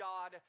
God